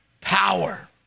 power